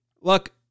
Look